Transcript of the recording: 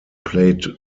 played